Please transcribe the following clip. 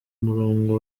murongo